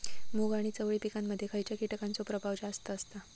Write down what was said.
मूग आणि चवळी या पिकांमध्ये खैयच्या कीटकांचो प्रभाव जास्त असता?